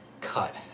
cut